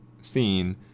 scene